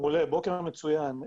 בוקר מצוין.